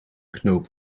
knoop